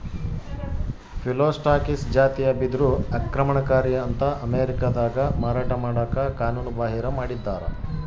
Phyllostachys ಜಾತಿಯ ಬಿದಿರು ಆಕ್ರಮಣಕಾರಿ ಅಂತ ಅಮೇರಿಕಾದಾಗ ಮಾರಾಟ ಮಾಡಕ ಕಾನೂನುಬಾಹಿರ ಮಾಡಿದ್ದಾರ